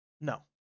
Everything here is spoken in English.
No